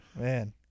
man